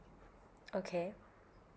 okay